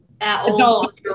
adults